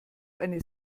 eine